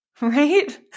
right